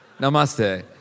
Namaste